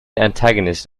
antagonist